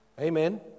Amen